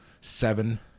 seven